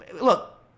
Look